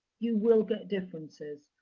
you will get differences.